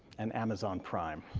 and amazon prime.